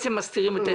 לא,